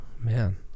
man